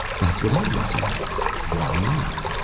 that's what i want to know why not?